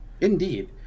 Indeed